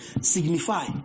signify